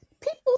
People